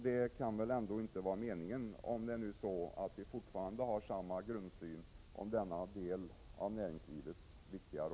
Det kan väl ändå inte vara meningen, om vi har samma grundsyn i fråga om den viktiga roll som denna del av näringslivet spelar.